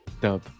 dub